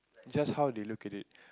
just how they look at it